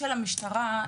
למשטרה.